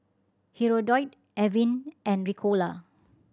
Hirudoid Avene and Ricola